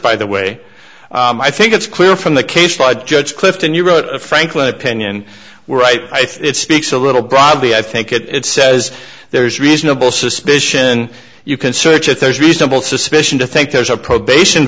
by the way i think it's clear from the case by judge clifton you wrote a franklin opinion were right i think it speaks a little broadly i think it says there's reasonable suspicion you can search if there's reasonable suspicion to think there's a probation